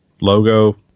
Logo